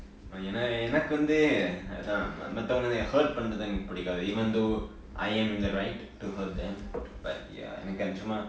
எனா எனக்கு வந்து மத்~ மத்தவங்கள:yena enakku vanthu mat~ mathavangala hurt பன்ரது எனக்கு பிடிக்காது:pandrathu enakku pidikaathu even though I am in the right to hurt them but ya எனக்கு சும்மா:enakku chumma